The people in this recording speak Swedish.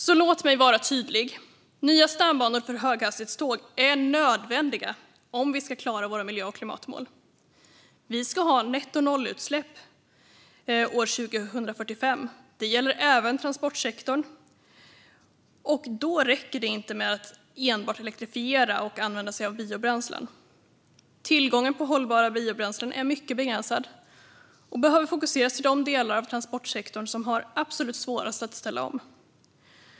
Låt mig därför vara tydlig. Nya stambanor för höghastighetståg är nödvändiga om vi ska klara våra miljö och klimatmål. Vi ska ha nettonollutsläpp år 2045. Det gäller även transportsektorn. Då räcker det inte med att enbart elektrifiera och använda sig av biobränslen. Tillgången till hållbara biobränslen är mycket begränsad och behöver fokuseras till de delar av transportsektorn som har absolut svårast att ställa om.